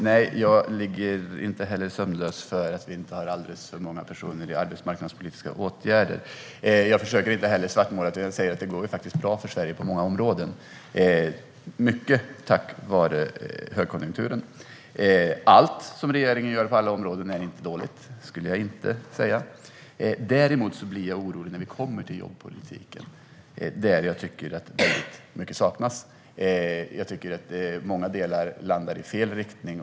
Fru talman! Inte heller jag ligger sömnlös för att vi inte har alldeles för många personer i arbetsmarknadspolitiska åtgärder. Jag försöker heller inte svartmåla, utan jag säger att det faktiskt går bra för Sverige på många områden, mycket tack vare högkonjunkturen. Allt som regeringen gör på alla områden är inte dåligt. Det skulle jag inte säga. Däremot blir jag orolig när vi kommer till jobbpolitiken, där jag tycker att väldigt mycket saknas. Jag tycker att det i många delar går i fel riktning.